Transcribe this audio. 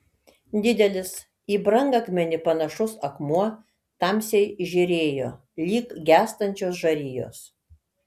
didelis į brangakmenį panašus akmuo tamsiai žėrėjo lyg gęstančios žarijos